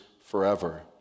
forever